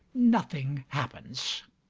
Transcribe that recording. nothing happens.